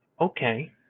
okay